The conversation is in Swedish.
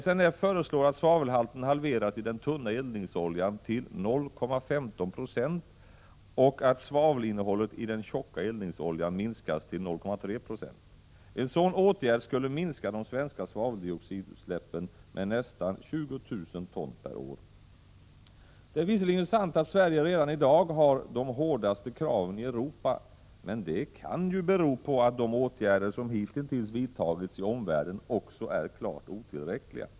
SNF föreslår att svavelhalten halveras i den tunna eldningsoljan till 0,15 96 och att svavelinnehållet i den tjocka eldningsoljan minskas till 0,3 26. En sådan åtgärd skulle minska de svenska svaveldioxidutsläppen med nästan 20 000 ton per år. Det är visserligen sant att Sverige redan i dag har de hårdaste kraven i Europa, men det kan bero på att de åtgärder som hitintills vidtagits i omvärlden också är klart otillräckliga.